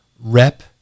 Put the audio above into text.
rep